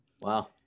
Wow